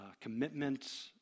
commitment